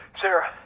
Sarah